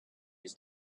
his